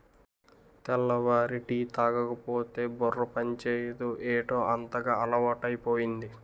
తెల్లారి టీ తాగకపోతే బుర్ర పనిచేయదు ఏటౌ అంతగా అలవాటైపోయింది